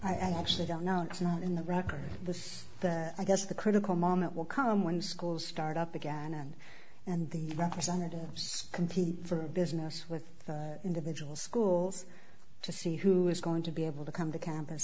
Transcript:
i actually don't know it's not in the record the i guess the critical moment will come when schools start up again and the representatives compete for business with individual schools to see who is going to be able to come to campus